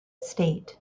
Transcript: ste